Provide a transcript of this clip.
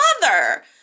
mother